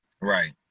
Right